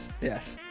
Yes